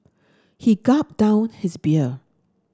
he gulped down his beer